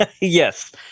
yes